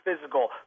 physical